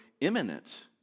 imminent